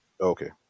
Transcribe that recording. Okay